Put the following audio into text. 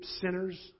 sinners